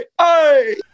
Hey